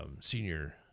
senior